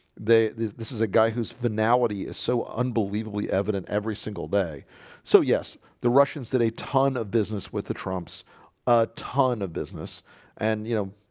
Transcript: they this is a guy whose finality is so unbelievably evident every single day so yes, the russians did a ton of business with the trump's ah ton of business and you know,